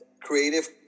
creative